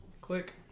Click